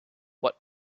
what